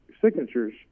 signatures